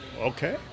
Okay